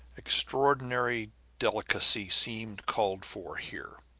extraordinary delicacy seemed called for here.